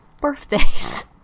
birthdays